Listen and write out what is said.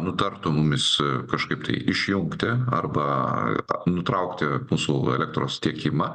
nutartų mumis kažkaip tai išjungti arba nutraukti mūsų elektros tiekimą